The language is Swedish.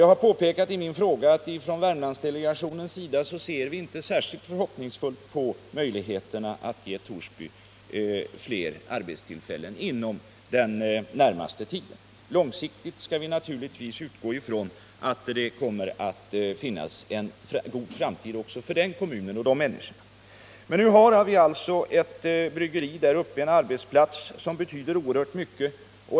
Jag har i min fråga påpekat att Värmlandsdelegationen inte ser särskilt förhoppningsfullt på möjligheterna att ge Torsby fler arbetstillfällen inom den närmaste tiden. Långsiktigt skall vi naturligtvis utgå från att det kommer att finnas en god framtid också för den kommunen och för de människorna. Men nu finns det alltså ett bryggeri i Torsby kommun — en arbetsplats som betyder oerhört mycket.